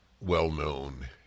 well-known